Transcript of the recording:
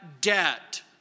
debt